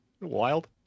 wild